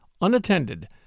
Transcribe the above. unattended